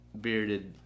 bearded